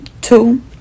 two